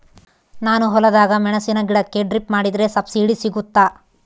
ನಾನು ಹೊಲದಾಗ ಮೆಣಸಿನ ಗಿಡಕ್ಕೆ ಡ್ರಿಪ್ ಮಾಡಿದ್ರೆ ಸಬ್ಸಿಡಿ ಸಿಗುತ್ತಾ?